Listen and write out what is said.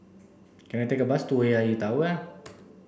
can I take a bus to A I A Tower